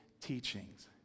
teachings